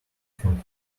from